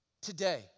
Today